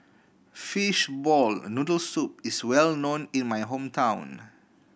fishball noodle soup is well known in my hometown